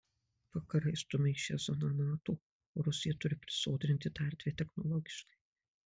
vakarai stumia į šią zoną nato o rusija turi prisodrinti tą erdvę technologiškai